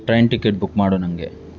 train ticket book ಮಾಡು ನನಗೆ